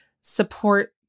support